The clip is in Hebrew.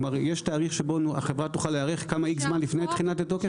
כלומר יש תאריך שבו החברה תוכל להיערך כמה זמן לפני תחילת התוקף?